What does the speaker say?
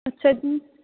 ਅੱਛਾ ਜੀ